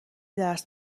درس